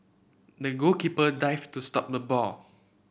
the goalkeeper dived to stop the ball